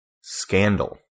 Scandal